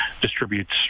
distributes